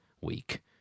week